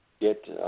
get